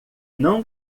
não